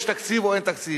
יש תקציב או אין תקציב,